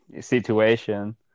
situation